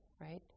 right